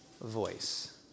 voice